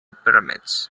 pyramids